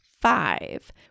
Five